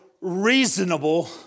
reasonable